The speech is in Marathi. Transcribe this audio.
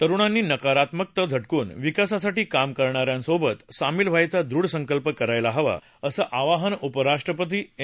तरुणांनी नकारात्मकता झटकून विकासासाठी काम करणाऱ्यांसोबत सामील व्हायचा दृढ संकल्प करायला हवा असं आवाहन उपराष्ट्रपती एम